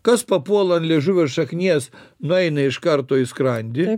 kas papuola ant liežuvio šaknies nueina iš karto į skrandį